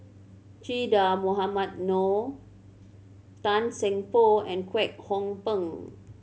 Che Dah Mohamed Noor Tan Seng Poh and Kwek Hong Png